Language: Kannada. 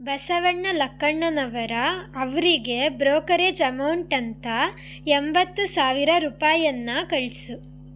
ಬಸವಣ್ಣ ಲಕ್ಕಣ್ಣನವರ ಅವರಿಗೆ ಬ್ರೋಕರೇಜ್ ಅಮೌಂಟ್ ಅಂತ ಎಂಬತ್ತು ಸಾವಿರ ರೂಪಾಯಿಯನ್ನ ಕಳಿಸು